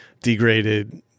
degraded